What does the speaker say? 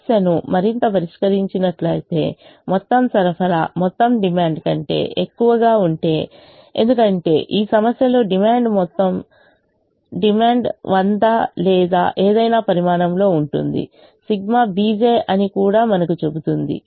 సమస్యను మరింత పరిశీలించినట్లయితే మొత్తం సరఫరా మొత్తం డిమాండ్ కంటే ఎక్కువగా ఉంటే ఎందుకంటే ఈ సమస్యలో డిమాండ్ మొత్తం డిమాండ్ 100 లేదా ఏదైనా పరిమాణంలో ఉంటుంది ∑ bj అని కూడా మనకు చెబుతుంది